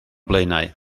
blaenau